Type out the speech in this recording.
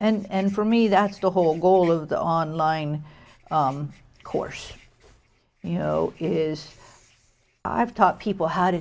and for me that's the whole goal of the online course you know is i've taught people how to